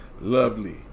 Lovely